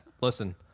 Listen